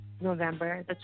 November